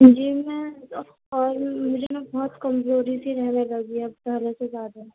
جی میں اور مجھے نا بہت کمزوری سی رہنے لگی ہے اب پہلے سے زیادہ